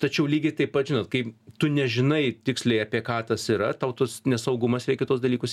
tačiau lygiai taip pat žinot kai tu nežinai tiksliai apie ką tas yra tau tas nesaugumas reikia tuos dalykus